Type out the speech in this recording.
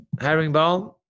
Herringbone